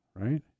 right